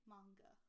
Manga